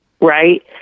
right